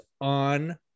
on